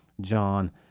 John